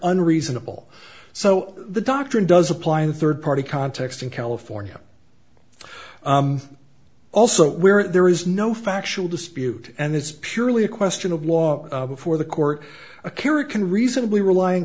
unreasonable so the doctrine does apply in a third party context in california also where there is no factual dispute and it's purely a question of law before the court a carriage can reasonably relyin